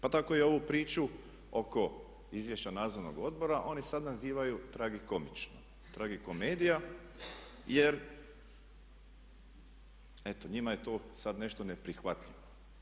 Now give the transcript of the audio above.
Pa tako i ovu priču oko izvješća nadzornog odbora oni sad nazivaju tragikomično, tragikomedija jer eto njima je to sad nešto neprihvatljivo.